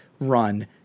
run